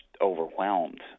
overwhelmed